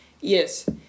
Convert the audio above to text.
Yes